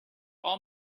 all